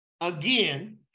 again